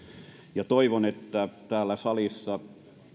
ja toivon että täällä salissa